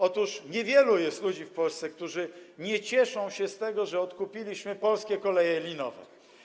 Otóż niewielu jest ludzi w Polsce, którzy nie cieszą się z tego, że odkupiliśmy Polskie Koleje Linowe.